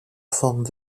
forme